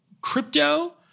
crypto